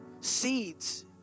seeds